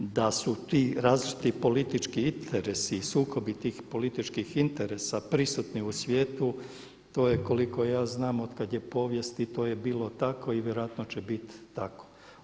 Da su ti različiti politički interesi i sukobi tih političkih interesa prisutni u svijetu to je koliko ja znam od kad je povijesti to je bilo tako i vjerojatno će bit tako.